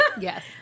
Yes